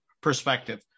perspective